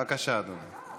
בבקשה, אדוני.